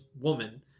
woman